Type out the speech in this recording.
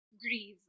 grieve